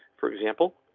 for example.